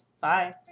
Bye